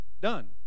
done